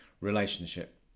relationship